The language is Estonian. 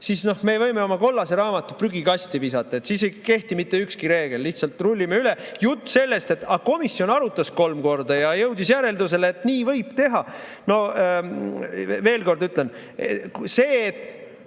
siis me võime oma kollase raamatu prügikasti visata, siis ei kehti ükski reegel, lihtsalt rullime üle. Jutt sellest, et komisjon arutas kolm korda ja jõudis järeldusele, et nii võib teha – ma veel kord ütlen, see, et